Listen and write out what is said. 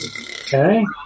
Okay